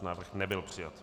Návrh nebyl přijat.